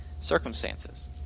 circumstances